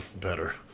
better